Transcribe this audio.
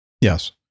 Yes